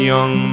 Young